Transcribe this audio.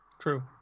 True